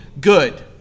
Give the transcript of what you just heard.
Good